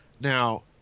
Now